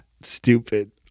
Stupid